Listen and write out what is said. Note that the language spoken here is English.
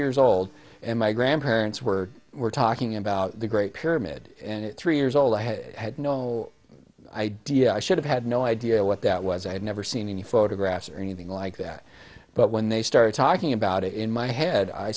years old and my grandparents were were talking about the great pyramid and three years old i had no idea i should have had no idea what that was i had never seen any photographs or anything like that but when they started talking about it in my head i